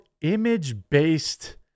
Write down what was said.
image-based